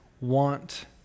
want